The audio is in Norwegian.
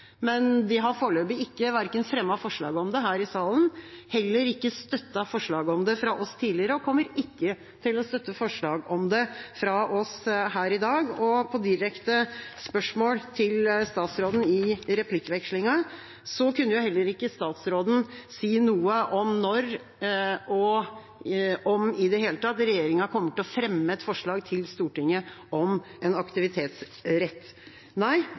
men de har foreløpig verken fremmet forslag om det her i salen eller støttet forslag om det fra oss tidligere, og de kommer ikke til å støtte vårt forslag om det her i dag. På direkte spørsmål til statsråden i replikkvekslingen kunne heller ikke statsråden si noe om når eller om regjeringa kommer til å fremme et forslag til Stortinget om en